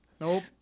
Nope